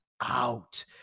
out